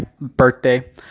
birthday